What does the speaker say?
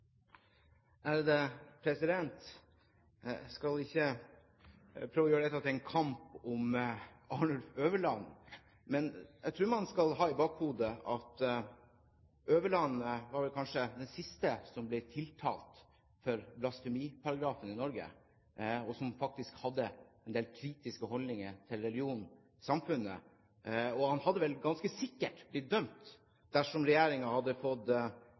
en kamp om Arnulf Øverland, men jeg tror man skal ha i bakhodet at Øverland var vel den siste som ble tiltalt etter blasfemiparagrafen i Norge. Han hadde faktisk en del kritiske holdninger til religion i samfunnet. Han hadde vel ganske sikkert blitt dømt dersom regjeringen hadde fått